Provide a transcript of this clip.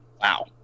wow